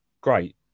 Great